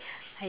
I